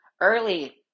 early